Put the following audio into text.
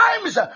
times